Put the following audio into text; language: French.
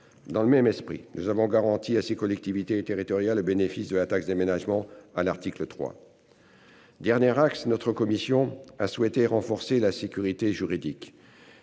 Dans le même esprit nous avons garanti à ces collectivités territoriales, au bénéfice de la taxe d'aménagement à l'article 3. Dernier axe, notre commission a souhaité renforcer la sécurité juridique.